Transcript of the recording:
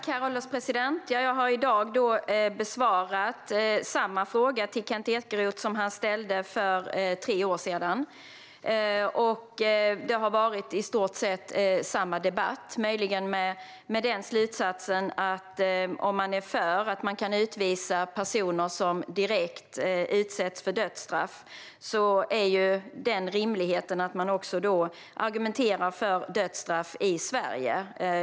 Herr ålderspresident! Jag har i dag besvarat samma fråga från Kent Ekeroth som han ställde för tre år sedan. Det har varit i stort sett samma debatt, men möjligen med slutsatsen att om man är för att personer som direkt utsätts för dödsstraff kan utvisas argumenterar man rimligen också för dödsstraff i Sverige.